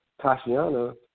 Tashiana